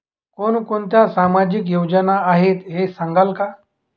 कोणकोणत्या सामाजिक योजना आहेत हे सांगाल का?